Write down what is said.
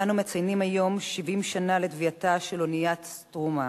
אנו מציינים היום 70 שנה לטביעתה של האונייה "סטרומה".